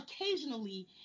Occasionally